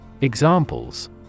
Examples